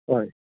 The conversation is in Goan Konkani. अय